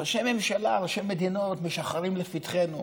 ראשי ממשלה, ראשי מדינות, משחרים לפתחנו,